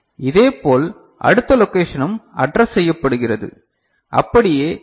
இதேபோல் அடுத்த லொகேஷனும் அட்ரஸ் செய்யப்படுகிறது அப்படியே இது